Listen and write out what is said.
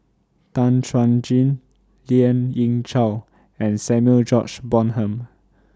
Tan Chuan Jin Lien Ying Chow and Samuel George Bonham